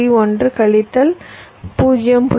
1 கழித்தல் 0